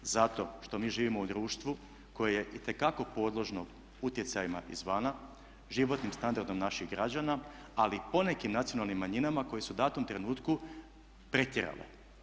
Zato što mi živimo u društvu koje je itekako podložno utjecajima izvana, životnim standardom naših građana ali i ponekim nacionalnim manjinama koje su u datom trenutku pretjerale.